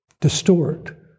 distort